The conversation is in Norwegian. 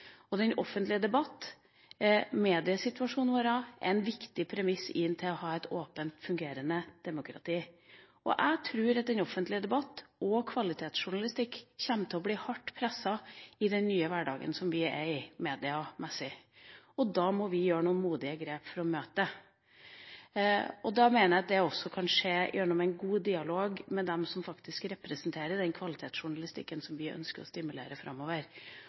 Den offentlige debatt – mediesituasjonen vår – er en viktig premiss for å ha et åpent, fungerende demokrati. Jeg tror at den offentlige debatt og kvalitetsjournalistikken kommer til å bli hardt presset i den nye hverdagen vi er i mediemessig, og da må vi gjøre noen modige grep for å møte det. Jeg mener det kan skje gjennom en god dialog med dem som faktisk representerer kvalitetsjournalistikken vi ønsker å stimulere framover.